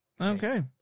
Okay